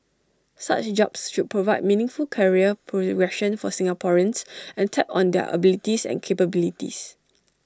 such jobs should provide meaningful career progression for Singaporeans and tap on their abilities and capabilities